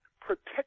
protect